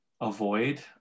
avoid